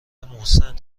محسن